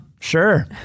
Sure